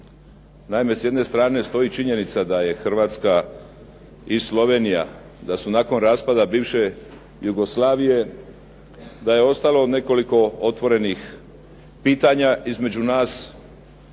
Naime, s jedne strane stoji činjenica da je Hrvatska i Slovenija, da su nakon raspada bivše Jugoslavije, da je ostalo nekoliko otvorenih pitanja između nas.